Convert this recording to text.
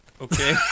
Okay